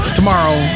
Tomorrow